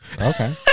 Okay